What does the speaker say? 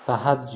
ସାହାଯ୍ୟ